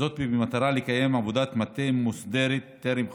וזאת במטרה לקיים עבודת מטה מוסדרת טרם חידושו.